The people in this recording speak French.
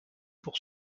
pour